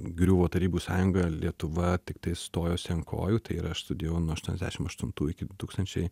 griuvo tarybų sąjunga lietuva tiktai stojosi ant kojų ir aš studijavau nuo aštuoniasdešim aštuntų iki du tūkstančiai